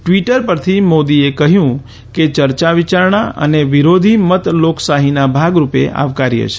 Twitter પરથી મોદીએ કહ્યું કે ચર્ચા વિયારણા અને વિરોધી મત લોકશાહીના ભાગરૂપે આવકાર્ય છે